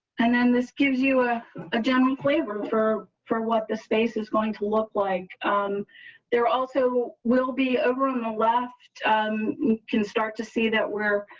and then this gives you a ah general flavor for for what the space is going to look like they're also will be over on the left can start to see that we're